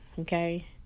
Okay